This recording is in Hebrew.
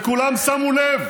וכולם שמו לב